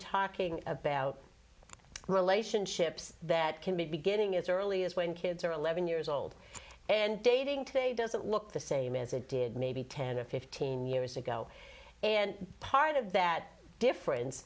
talking about relationships that can be beginning as early as when kids are eleven years old and dating today doesn't look the same as it did maybe ten or fifteen years ago and part of that difference